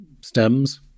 stems